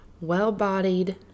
well-bodied